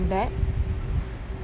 that